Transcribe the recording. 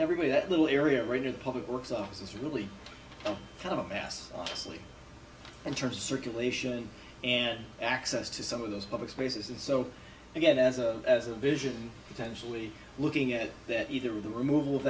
everybody that little area right near the public works office is really kind of mass just in terms of circulation and access to some of those public spaces and so i get as a as a vision intentionally looking at that either the remov